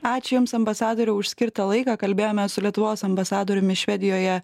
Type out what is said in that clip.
ačiū jums ambasadoriau už skirtą laiką kalbėjome su lietuvos ambasadoriumi švedijoje